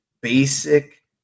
basic